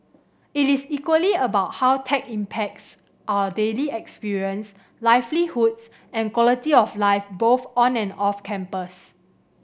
it is equally about how tech impacts our daily experience livelihoods and quality of life both on and off campus